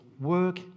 work